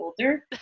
older